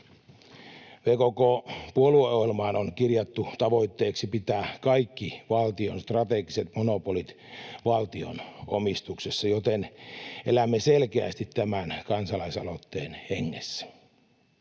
VKK:n puolueohjelmaan on kirjattu tavoitteeksi pitää kaikki valtion strategiset monopolit valtion omistuksessa, joten elämme selkeästi tämän kansalaisaloitteen hengessä.